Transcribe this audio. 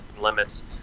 limits